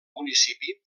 municipi